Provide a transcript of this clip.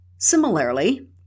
Similarly